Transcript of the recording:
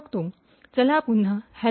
चला पुन्हा हॅलो